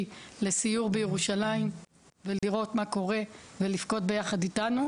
לסיור בירושלים ולראות מה קורה ולבכות ביחד איתנו.